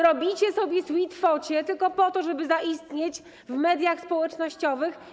Robicie sobie sweet focie tylko po to, żeby zaistnieć w mediach społecznościowych.